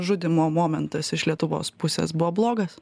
žudymo momentas iš lietuvos pusės buvo blogas